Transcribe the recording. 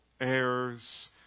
heirs